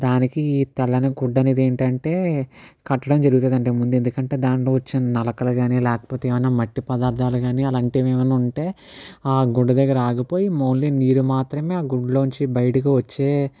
దానికి ఈ తెల్లని గుడ్డ అనేది ఏంటంటే కట్టడం జరుగుతుంది అండి ముందు ఎందుకంటే దాంట్లో వచ్చే నలకలు కానీ లేకపోతే ఏమైనా మట్టి పదార్థాలు కానీ అలాంటివి ఏవైనా ఉంటే ఆ గుడ్డ దగ్గర ఆగిపోయి ఓన్లీ నీరు మాత్రమే ఆ గుడ్డలోంచి బయటకు వచ్చే